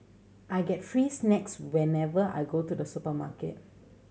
I get free snacks whenever I go to the supermarket